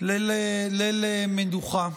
ראויה וחשובה.